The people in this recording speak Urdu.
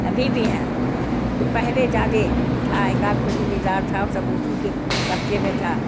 ابھی بھی ہیں تو پہلے زیادہ تھا ایک آک ٹھو زمہ دار تھا سب اسی کے قبضے میں تھا